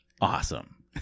Awesome